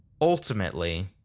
ultimately